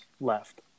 left